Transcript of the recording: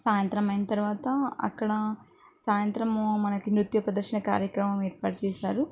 సాయంత్రం అయిన తర్వాత అక్కడ సాయంత్రము మనకి నృత్య ప్రదర్శన కార్యక్రమం ఏర్పాటు చేశారు